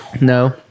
No